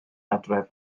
adref